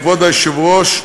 כבוד היושב-ראש,